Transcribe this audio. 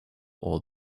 all